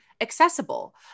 accessible